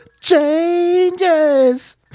changes